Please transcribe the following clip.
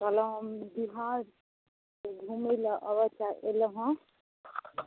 कहलहुँ हँ हम बिहार घुमैलए एलहुॅं हँ